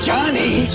Johnny